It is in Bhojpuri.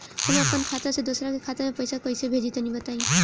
हम आपन खाता से दोसरा के खाता मे पईसा कइसे भेजि तनि बताईं?